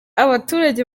abaturage